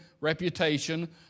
reputation